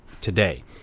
today